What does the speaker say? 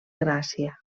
gràcia